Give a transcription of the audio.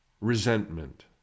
resentment